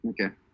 Okay